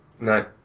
No